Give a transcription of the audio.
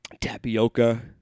tapioca